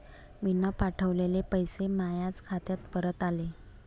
मीन पावठवलेले पैसे मायाच खात्यात परत आले